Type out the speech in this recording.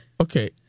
Okay